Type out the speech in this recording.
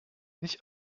nicht